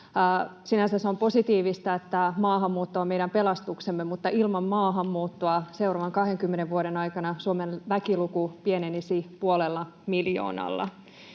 sinänsä se on positiivista, että maahanmuutto on meidän pelastuksemme, mutta ilman maahanmuuttoa seuraavan 20 vuoden aikana Suomen väkiluku pienenisi puolella miljoonalla.